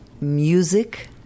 music